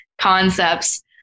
concepts